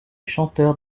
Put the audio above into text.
chanteur